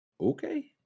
okay